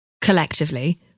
collectively